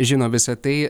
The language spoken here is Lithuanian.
žino visą tai